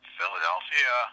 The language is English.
Philadelphia